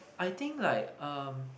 I think like um